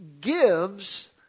gives